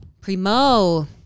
Primo